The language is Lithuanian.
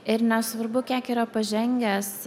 ir nesvarbu kiek yra pažengęs